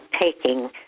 taking